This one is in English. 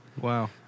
Wow